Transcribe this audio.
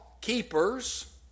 keepers